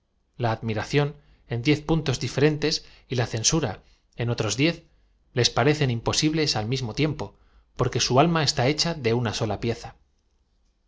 la admiración en diez puntos diferentes y la censura en otros diez ies parecen imposibles a l mismo tiempo porque sa alm a está hecha de una sola pieza